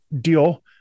deal